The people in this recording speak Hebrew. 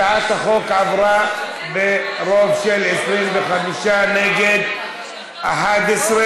הצעת החוק עברה ברוב של 25 נגד 11,